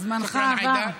זמנך עבר.